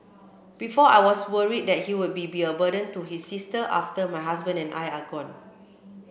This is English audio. before I was worried that he would be a burden to his sister after my husband and I are gone